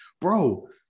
bro